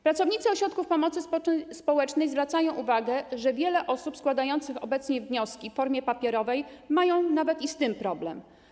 Pracownicy ośrodków pomocy społecznej zwracają uwagę, że wiele osób składających obecnie wnioski w formie papierowej ma nawet z tym problem.